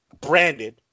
branded